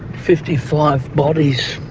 fifty five bodies,